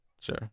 sure